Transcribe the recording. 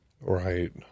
Right